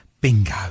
bingo